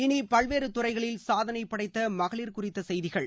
இனி பல்வேறு துறைகளில் சாதனை படைத்த மகளிர் குறித்த செய்திகள்